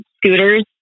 scooters